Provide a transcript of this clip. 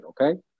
okay